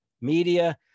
media